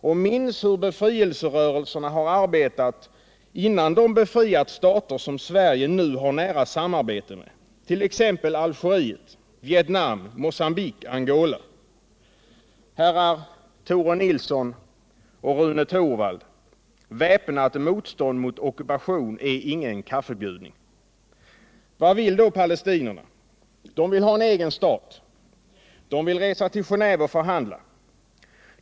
Och minns hur befrielserörelserna har arbetat innan de befriat stater som Sverige nu har nära samarbete med, t.ex. Algeriet, Vietnam, Mogambique, Angola! Herrar Tore Nilsson och Rune Torwald — väpnat motstånd mot ockupation är ingen kaffebjudning. Palestinierna vill ha en egen stat. De vill resa till Genéve och förhandla.